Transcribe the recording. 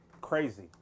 Crazy